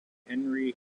henry